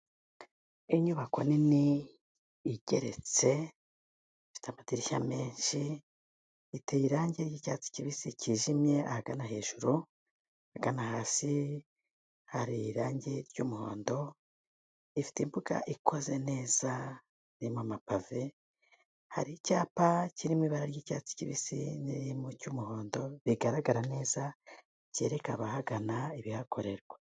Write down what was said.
Inyubako nini igeretse ifite amadirishya menshi, iteye irange ry'icyatsi kibisi cyijimye ahagana hejuru, ahagana hasi hari irange ry'umuhondo, ifite imbuga ikoze neza irimo amapave, hari icyapa kirimo ibara ry'icyatsi kibisi n'iriri mu cy'umuhondo bigaragara neza, kereka abahagana ibihakorerwa.